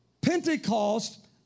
Pentecost